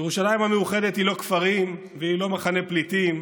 ירושלים המאוחדת היא לא כפרים והיא לא מחנה פליטים,